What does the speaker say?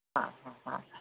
ह ह हा